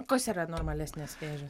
kas yra normalesnės vėžės